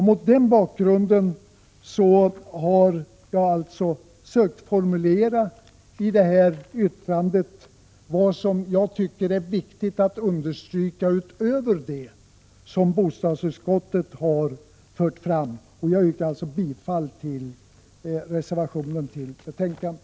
Mot denna bakgrund har jag sökt formulera i yttrandet vad jag tycker är viktigt att understryka utöver det som bostadsutskottet har fört fram. Jag yrkar bifall till reservationen i betänkandet.